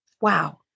Wow